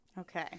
Okay